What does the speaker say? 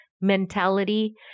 mentality